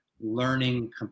Learning